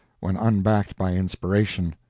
when unbacked by inspiration.